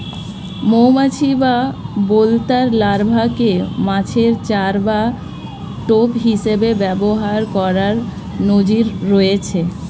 মৌমাছি বা বোলতার লার্ভাকে মাছের চার বা টোপ হিসেবে ব্যবহার করার নজির রয়েছে